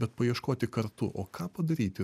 bet paieškoti kartu o ką padaryti